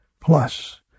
plus